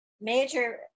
major